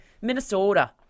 Minnesota